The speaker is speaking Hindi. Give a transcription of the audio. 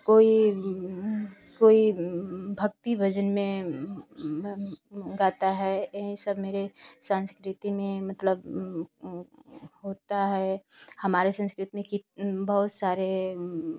कोई कोई भक्ति भजन में गाता है एही सब मेरे संस्कृति में मतलब होता है हमारे संस्कृति में कित बहुत सारे